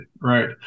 Right